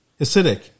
Acidic